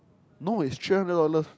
no it's three hundred dollars